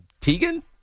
Tegan